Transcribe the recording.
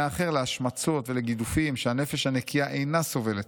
האחר להשמצות ולגידופים שהנפש הנקייה אינה סובלת.